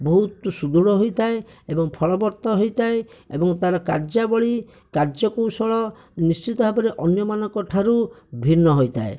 ବହୁତ ସୁଦୃଢ଼ ହୋଇଥାଏ ଏବଂ ଫଳବତ୍ର ହୋଇଥାଏ ଏବଂ ତାର କାର୍ଯ୍ୟାବଳି କାର୍ଯ୍ୟକୌଶଳ ନିଶ୍ଚିତ ଭାବରେ ଅନ୍ୟମାନଙ୍କ ଠାରୁ ଭିନ୍ନ ହୋଇଥାଏ